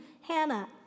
Hannah